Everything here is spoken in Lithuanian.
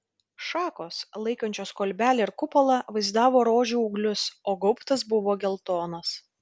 šakos laikančios kolbelę ir kupolą vaizdavo rožių ūglius o gaubtas buvo geltonas